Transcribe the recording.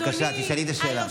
בבקשה, תשאלי את השאלה.